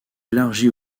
élargie